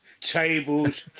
tables